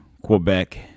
Quebec